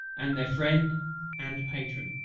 and their friend and patron.